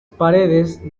paredes